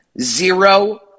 zero